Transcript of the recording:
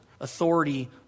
authority